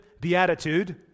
beatitude